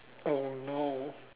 oh no